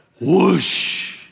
Whoosh